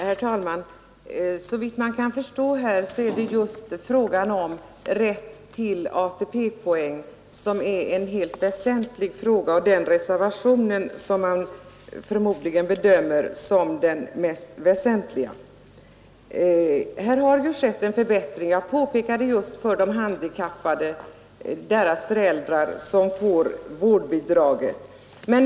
Herr talman! Såvitt jag förstår är frågan om rätt till ATP-poäng det helt väsentliga i detta sammanhang — det är reservationen på denna punkt man bedömer som den mest väsentliga. Här har det ju skett en förbättring, som jag påpekade, just för föräldrarna till handikappade som får vårdbidrag.